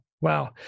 Wow